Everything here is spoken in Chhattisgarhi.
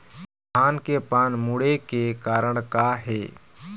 धान के पान मुड़े के कारण का हे?